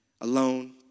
alone